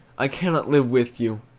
i cannot live with you,